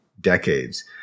decades